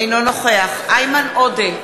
אינו נוכח איימן עודה,